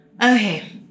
Okay